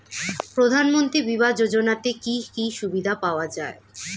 প্রধানমন্ত্রী বিমা যোজনাতে কি কি সুবিধা পাওয়া যায়?